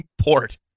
port